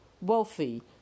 wealthy